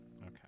Okay